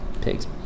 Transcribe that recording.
pigs